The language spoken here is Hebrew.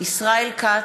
ישראל כץ,